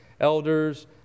elders